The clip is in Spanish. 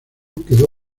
quedó